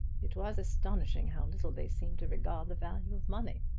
it was astonishing how little they seemed to regard the value of money!